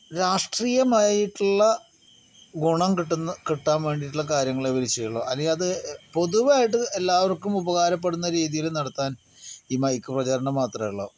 രാഷ്ട്രീയമായിട്ടുള്ള ഗുണം കിട്ടുന്ന കിട്ടാൻ വേണ്ടിയിട്ടുള്ള കാര്യങ്ങളെ ഇവർ ചെയ്യുകയുള്ളു അല്ലെങ്കിൽ അത് പൊതുവായിട്ട് എല്ലാവർക്കും ഉപകാരപ്പെടുന്ന രീതിയിൽ നടത്താൻ ഈ മൈക്ക് പ്രചാരണം മാത്രമേയുള്ളൂ